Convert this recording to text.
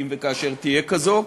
אם וכאשר תהיה כזו.